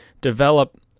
develop